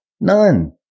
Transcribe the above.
None